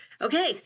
Okay